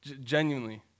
Genuinely